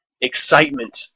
excitement